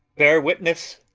bear witness,